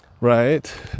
right